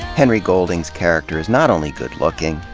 henry golding's character is not only good-looking,